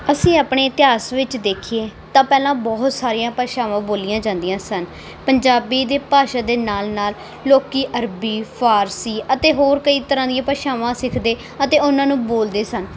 ਅਸੀਂ ਆਪਣੇ ਇਤਿਹਾਸ ਵਿੱਚ ਦੇਖੀਏ ਤਾਂ ਪਹਿਲਾਂ ਬਹੁਤ ਸਾਰੀਆਂ ਭਾਸ਼ਾਵਾਂ ਬੋਲੀਆਂ ਜਾਂਦੀਆਂ ਸਨ ਪੰਜਾਬੀ ਦੇ ਭਾਸ਼ਾ ਦੇ ਨਾਲ ਨਾਲ ਲੋਕ ਅਰਬੀ ਫਾਰਸੀ ਅਤੇ ਹੋਰ ਕਈ ਤਰ੍ਹਾਂ ਦੀਆਂ ਭਾਸ਼ਾਵਾਂ ਸਿੱਖਦੇ ਅਤੇ ਉਹਨਾਂ ਨੂੰ ਬੋਲਦੇ ਸਨ